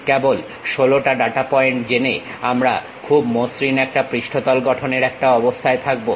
কেবল 16 টা data point জেনে আমরা খুব মসৃণ একটা পৃষ্ঠতল গঠনের একটা অবস্থায় থাকবো